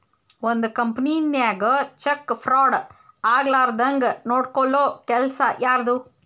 ಒಂದ್ ಕಂಪನಿನ್ಯಾಗ check fraud ಆಗ್ಲಾರ್ದಂಗ್ ನೊಡ್ಕೊಲ್ಲೊ ಕೆಲಸಾ ಯಾರ್ದು?